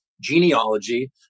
genealogy